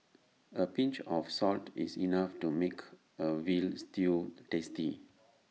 A pinch of salt is enough to make A Veal Stew tasty